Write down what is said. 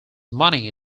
money